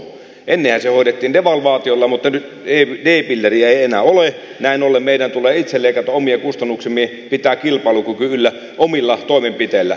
ennenhän se hoidettiin devalvaatiolla mutta nyt d pilleriä ei enää ole ja näin ollen meidän tulee itse leikata omia kustannuksiamme ja pitää kilpailukyky yllä omilla toimenpiteillä